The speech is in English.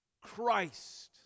Christ